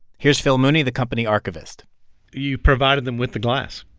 here's phil mooney, the company archivist you provided them with the glass.